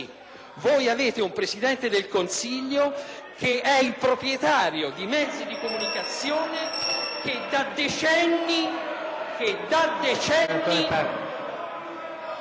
Voi avete un Presidente del Consiglio che è il proprietario di mezzi di comunicazione che da decenni...